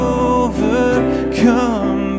overcome